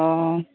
অ